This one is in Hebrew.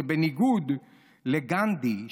שבניגוד לגנדי,